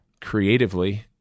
creatively